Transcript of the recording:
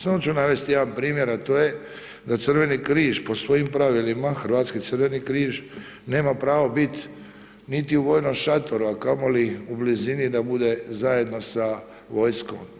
Samo ću navesti jedan primjer a to je da Crveni križ po svojim pravilima, Hrvatski crveni križ, nema pravo biti niti u vojnom šatoru a kamoli u blizini da bude zajedno sa vojskom.